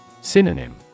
Synonym